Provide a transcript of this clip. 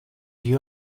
you